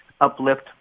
uplift